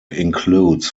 includes